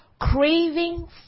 craving